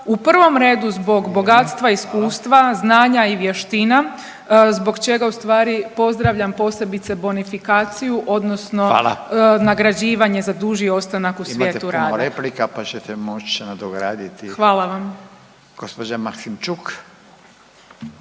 u prvom redu zbog bogatstva, iskustva, znanja i vještina zbog čega u stvari pozdravljam posebice bonifikaciju odnosno nagrađivanje za duži ostanak u svijetu rada. **Radin, Furio (Nezavisni)** Hvala. Imate puno replika, pa ćete moći nadograditi. Gospođa Maksimčuk.